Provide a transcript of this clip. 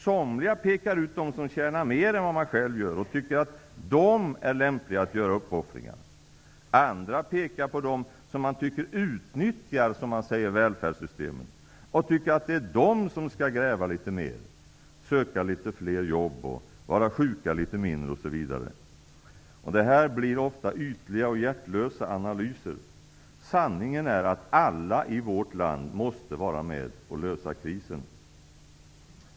Somliga pekar ut dem som tjänar mer än man själv gör som lämpliga att göra uppoffringarna. Andra pekar ut dem som man tycker utnyttjar välfärdssystemen och tycker att de skall gräva litet mer, söka litet fler jobb, vara sjuka litet mindre osv. Det här blir ofta ytliga och hjärtlösa analyser. Sanningen är att alla i vårt land måste vara med och lösa krisen.